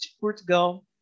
portugal